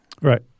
Right